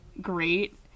great